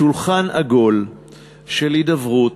שולחן עגול של הידברות,